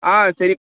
ஆ சரி